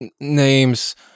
names